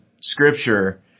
Scripture